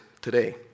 today